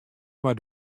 moat